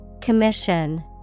Commission